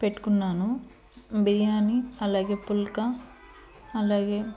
పెట్టుకున్నాను బిర్యానీ అలాగే పుల్కా అలాగే